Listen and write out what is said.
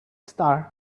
star